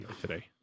today